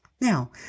Now